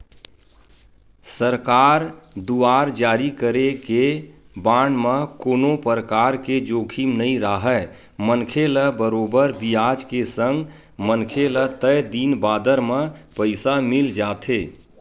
सरकार दुवार जारी करे गे बांड म कोनो परकार के जोखिम नइ राहय मनखे ल बरोबर बियाज के संग मनखे ल तय दिन बादर म पइसा मिल जाथे